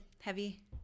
heavy